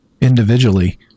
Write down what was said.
individually